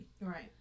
Right